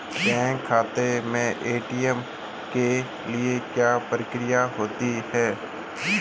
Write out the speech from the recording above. Bank खाते में ATM के लिए क्या प्रक्रिया होती है?